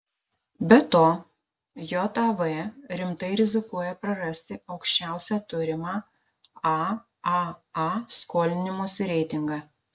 be to jav rimtai rizikuoja prarasti aukščiausią turimą aaa skolinimosi reitingą